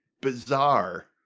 bizarre